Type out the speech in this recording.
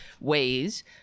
ways